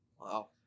Wow